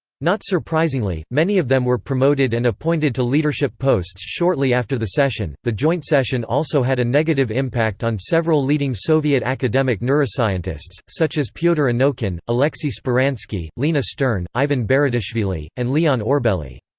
not surprisingly, many of them were promoted and appointed to leadership posts shortly after the session the joint session also had a negative impact on several leading soviet academic neuroscientists, such as pyotr anokhin, aleksey speransky, lina stern, ivan beritashvili, and leon orbeli.